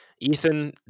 Ethan